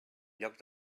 lloc